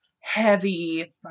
heavy